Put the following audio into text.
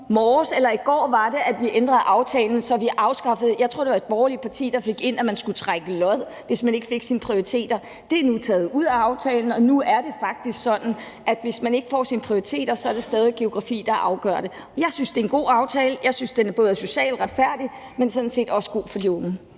i går ændrede vi aftalen. Jeg tror, det var et borgerligt parti, der fik indført, at man skulle trække lod, hvis man ikke fik opfyldt sine prioriteter, men det er nu taget ud af aftalen. Nu er det faktisk sådan, at hvis man ikke får opfyldt sine prioriteter, er det stadig væk geografi, der afgør det. Jeg synes, det er en god aftale – jeg synes, den er både socialt retfærdig, men sådan set også god for de unge.